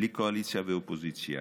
בלי קואליציה ואופוזיציה,